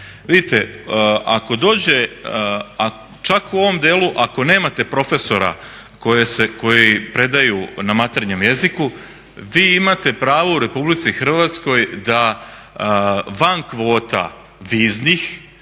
Vidite, ako dođe, čak u ovom delu ako nemate profesora koji predaju na materinjem jeziku vi imate pravo u RH da van kvota viznih